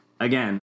again